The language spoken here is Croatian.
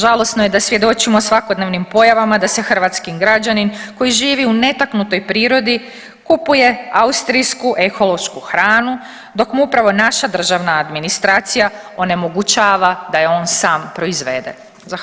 Žalosno je da svjedočimo svakodnevnim pojavama da se hrvatski građanin koji živi u netaknutoj prirodi kupuje austrijsku ekološku hranu dok mu upravo naša državna administracija onemogućava da je on sam proizvede.